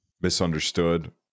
misunderstood